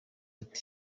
ati